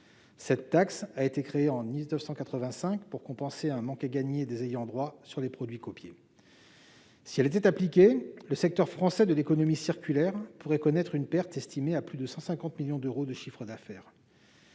Cette taxe a été créée en 1985 pour compenser un manque à gagner des ayants droit sur les produits copiés. Si elle était appliquée, le secteur français de l'économie circulaire pourrait connaître une perte estimée à plus de 150 millions d'euros de chiffre d'affaires.